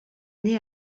née